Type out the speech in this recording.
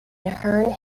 herne